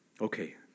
Okay